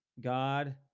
God